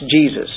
Jesus